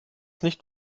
nicht